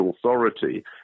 authority